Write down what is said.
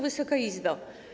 Wysoka Izbo!